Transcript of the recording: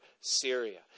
Syria